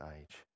age